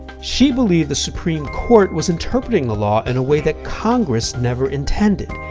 she believed the supreme court was interpreting the law in a way that congress never intended,